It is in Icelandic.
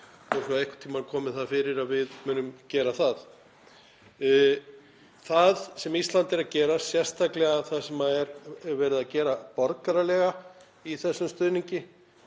þó svo að einhvern tíma komi það fyrir að við munum gera það. Það sem Ísland er að gera, sérstaklega það sem er verið að gera borgaralega í þessum stuðningi,